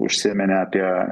užsiminė apie